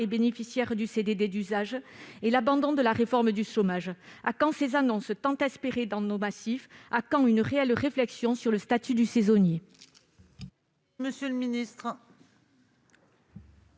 déterminée d'usage, et l'abandon de la réforme du chômage. À quand ces annonces, tant espérées dans nos massifs ? À quand une réelle réflexion sur le statut de saisonnier ?